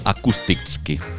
akusticky